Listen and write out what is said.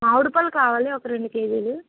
మామిడి పళ్ళు కావాలి ఒక రెండు కేజీలు